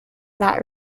that